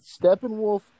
Steppenwolf